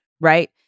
right